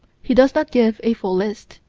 he does not give a full list.